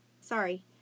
Sorry